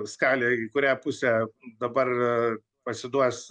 skalė į kurią pusę dabar pasiduos